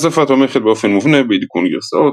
השפה תומכת באופן מובנה בעדכון גרסאות,